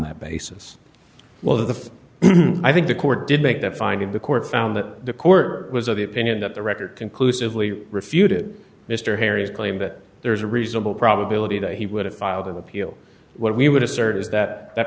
that basis whether the i think the court did make that finding the court found that the court was of the opinion that the record conclusively refuted mr harries claim that there is a reasonable probability that he would have filed an appeal what we would assert is that that